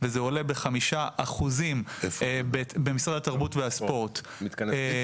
וזה עולה ב-5% במשרד התרבות והספורט -- כן